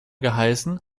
geheißen